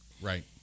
Right